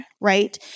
right